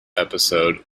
episode